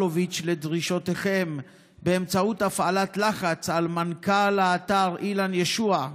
אלוביץ' לדרישותיכם באמצעות הפעלת לחץ על מנכ"ל האתר אילן ישועה,